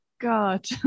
God